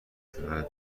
شدن